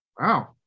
wow